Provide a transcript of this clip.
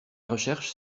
recherche